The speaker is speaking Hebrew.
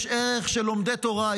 יש ערך של לומדי תורה,